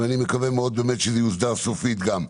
ואני מקווה מאוד באמת שזה יוסדר סופית גם.